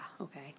okay